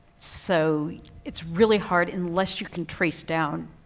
so it's really hard unless you can trace down